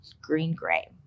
Green-gray